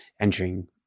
entering